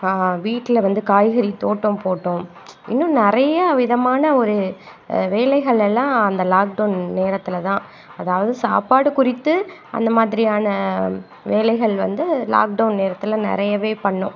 வீட்டில வந்து காய்கறி தோட்டம் போட்டோம் இன்னும் நிறைய விதமான ஒரு வேலைகள் எல்லாம் அந்த லாக்டவுன் நேரத்தில் தான் அதாவது சாப்பாடு குறித்து அந்த மாதிரியான வேலைகள் வந்து லாக்டவுன் நேரத்தில் நிறையவே பண்ணோம்